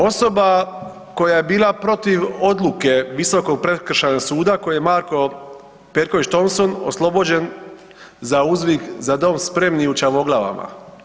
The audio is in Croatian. Osoba koja je bila protiv odluke visokog prekršajnog suda kojom je Marko Perković Thompson oslobođen za uzvik „Za dom spremni“ u Čavoglavama.